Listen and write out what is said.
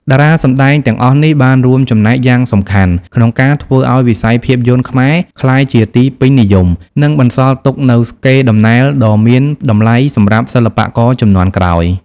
តារាសម្ដែងទាំងអស់នេះបានរួមចំណែកយ៉ាងសំខាន់ក្នុងការធ្វើឱ្យវិស័យភាពយន្តខ្មែរក្លាយជាទីពេញនិយម និងបន្សល់ទុកនូវកេរដំណែលដ៏មានតម្លៃសម្រាប់សិល្បករជំនាន់ក្រោយ។